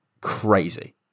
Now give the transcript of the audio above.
crazy